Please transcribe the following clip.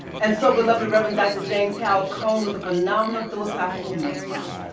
and so beloved reverend dr. james hal cone, with the phenomenal philosophical matrix,